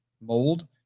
mold